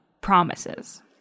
promises